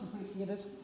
appreciated